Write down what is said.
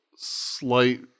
slight